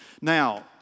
Now